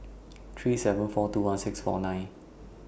three seven four two one six four nine